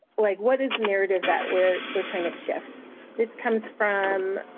like what is the narrative that where we're trying to shift this comes from